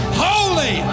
holy